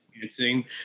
dancing